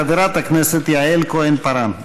חברת הכנסת יעל כהן-פארן.